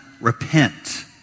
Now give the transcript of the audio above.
repent